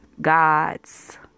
gods